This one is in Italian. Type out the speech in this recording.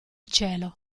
cielo